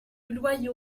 loyat